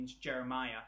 jeremiah